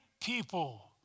people